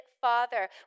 father